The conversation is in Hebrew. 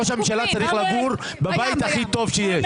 ראש הממשלה צריך לגור בבית הכי טוב שיש,